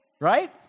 right